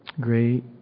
Great